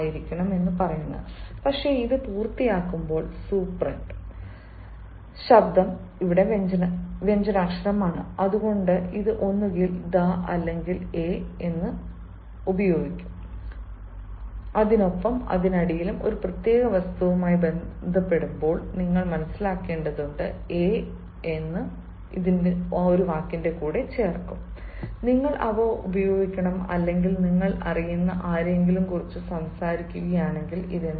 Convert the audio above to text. O ആയിരിക്കണം പക്ഷേ ഇത് പൂർത്തിയാകുമ്പോൾ സൂപ്രണ്ട് ശബ്ദം വ്യഞ്ജനാക്ഷരമാണ് അതുകൊണ്ടാണ് ഇത് ഒന്നുകിൽ the അല്ലെങ്കിൽ എ എടുക്കും ഒപ്പം അതിനിടയിലും ഒരു പ്രത്യേക വസ്തുവുമായി ബന്ധപ്പെടുമ്പോൾ നിങ്ങൾ മനസ്സിലാക്കേണ്ടതുണ്ട് നിങ്ങൾ അവ ഉപയോഗിക്കണം അല്ലെങ്കിൽ നിങ്ങൾ അറിയുന്ന ആരെയെങ്കിലും കുറിച്ച് സംസാരിക്കുകയാണെങ്കിൽ